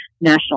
national